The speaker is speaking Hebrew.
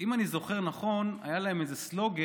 אם אני זוכר נכון, היה להם איזה סלוגן: